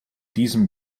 diesem